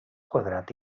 quadrat